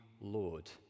lord